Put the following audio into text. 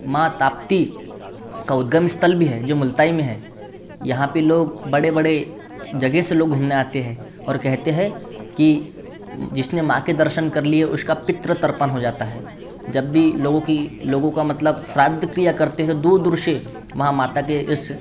माँ ताप्ती का उद्गम स्थल भी है जो मुलताई में है यहाँ पर लोग बड़े बड़े जगह से लोग घुमने आते हैं और कहते हैं कि जिसने माँ के दर्शन कर लिये उसका पितृ तर्पण हो जाता है जब भी लोगों की लोगों का मतलब श्राद्ध क्रिया करते हैं दूर दूर से महा माता के इस